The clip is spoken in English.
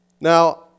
Now